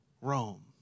Rome